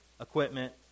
equipment